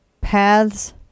paths